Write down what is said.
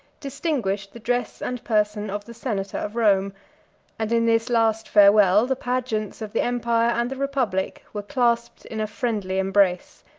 distinguished the dress and person of the senator of rome and in this last farewell, the pageants of the empire and the republic were clasped in a friendly embrace.